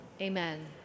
Amen